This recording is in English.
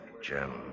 Jim